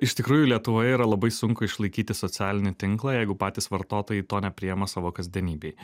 iš tikrųjų lietuvoje yra labai sunku išlaikyti socialinį tinklą jeigu patys vartotojai to nepriima savo kasdienybėj